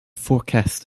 forecast